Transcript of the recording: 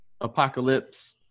apocalypse